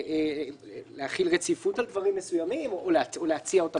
להחיל רציפות על דברים מסוימים או להציעם מחדש.